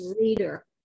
reader